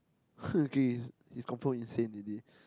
who is this he's confirm insane already